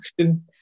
action